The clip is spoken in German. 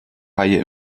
haie